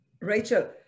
Rachel